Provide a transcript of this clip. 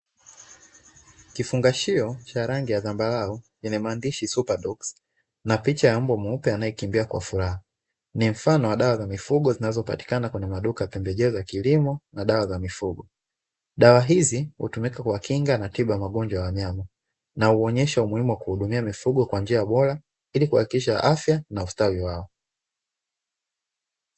Chupa ya rangi ya zambarau yenye maandishi (Superdogs)na picha ya mbwa mweupe anayekimbia kwa furaha, ni mfano wa dawa za mifugo zinazopatikana kwenye maduka ya pembejeo za kilimo na dawa za mifugo. Dawa hizi hutumika kwa kinga na tiba ya magonjwa ya wanyama, na huonyesha umuhimu wa kuwahudumia mifugo kwa njia bora ili kuhakikisha afya na ustawi wao.